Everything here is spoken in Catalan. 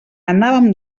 anàvem